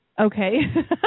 Okay